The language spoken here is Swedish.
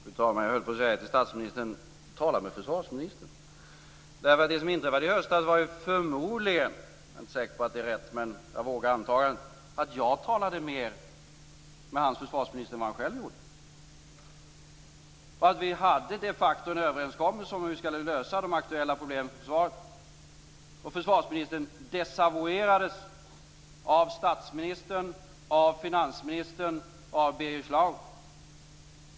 Fru talman! Jag höll på att säga till statsministern: Tala med försvarsministern! Det som inträffade i höstas var förmodligen - jag är inte säker på att det är riktigt, men jag vågar göra antagandet - att jag talade mer med hans försvarsminister än vad han själv gjorde. Vi hade de facto en överenskommelse om hur vi skulle lösa de aktuella problemen i försvaret, och försvarsministern desavouerades av statsministern, av finansministern och av Birger Schlaug.